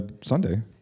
Sunday